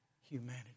humanity